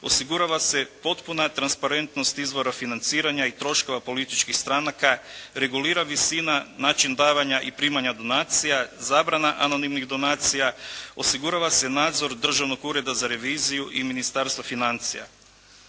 osigurava se potpuna transparentnost izvora financiranja i troškova političkih stranaka, regulira visina, način davanja i primanja donacija, zabrana anonimnih donacija, osigurava se nadzor Državnog ureda za reviziju i Ministarstva financija,